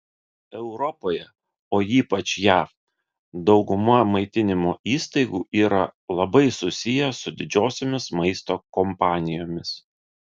europoje o ypač jav dauguma maitinimo įstaigų yra labai susiję su didžiosiomis maisto kompanijomis